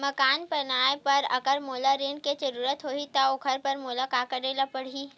मकान बनाये बर अगर मोला ऋण के जरूरत होही त ओखर बर मोला का करे ल पड़हि?